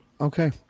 Okay